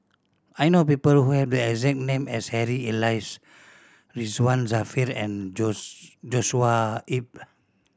I know people who have the exact name as Harry Elias Ridzwan Dzafir and Joshua Ip